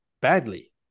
badly